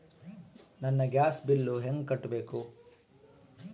ನನ್ನ gas bill ಹೆಂಗ ಕಟ್ಟಬೇಕು?